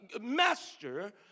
Master